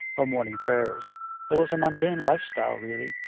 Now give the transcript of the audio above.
or morning prayers it was a mundane lifestyle, really,